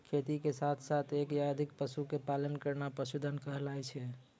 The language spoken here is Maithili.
खेती के साथॅ साथॅ एक या अधिक पशु के पालन करना पशुधन कहलाय छै